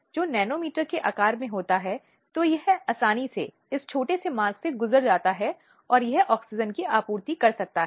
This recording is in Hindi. कई बार महिला या होने वाली माँ केवल परिस्थितियों में पीड़ित होती हैं